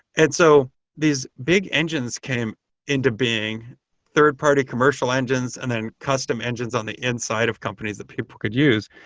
and so these big engines came into being third-party commercial engines and then custom engines on the inside of companies that people could use.